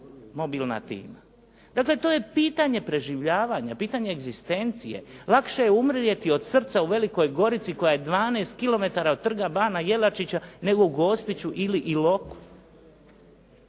mobilna tima. Dakle, to je pitanje preživljavanja, pitanje egzistencije. Lakše umrijeti od srca u Velikoj Gorici koja je 12 kilometara od Trga Bana Jelačića, nego u Gospiću ili Iloku.